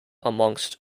amongst